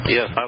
Yes